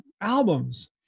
albums